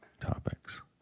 topics